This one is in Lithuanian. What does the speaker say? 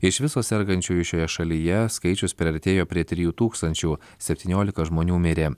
iš viso sergančiųjų šioje šalyje skaičius priartėjo prie trijų tūkstančių septyniolika žmonių mirė